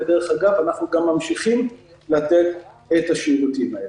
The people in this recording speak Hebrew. דרך אגב, אנחנו גם ממשיכים לתת את השירותים האלה.